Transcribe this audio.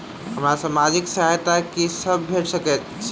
हमरा सामाजिक सहायता की सब भेट सकैत अछि?